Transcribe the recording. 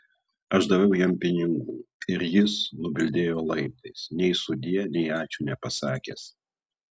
aš daviau jam pinigų ir jis nubildėjo laiptais nei sudie nei ačiū nepasakęs